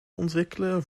ontwikkelen